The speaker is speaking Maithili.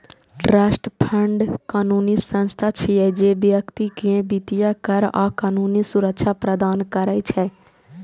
ट्रस्ट फंड कानूनी संस्था छियै, जे व्यक्ति कें वित्तीय, कर आ कानूनी सुरक्षा प्रदान करै छै